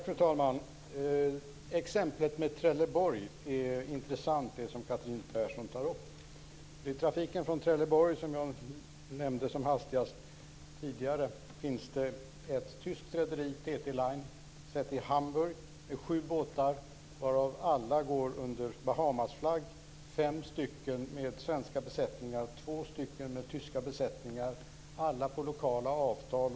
Fru talman! Exemplet Trelleborg, som Catherine Persson nu tar upp, är intressant. Såsom jag tidigare som hastigast nämnde finns det i trafiken på Trelleborg ett tyskt rederi, TT-LINE, med säte i Hamburg. Det har sju båtar, som alla går under Bahamasflagg. Fem av dem har svenska besättningar och två har tyska besättningar, alla med lokala avtal.